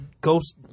Ghost